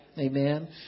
Amen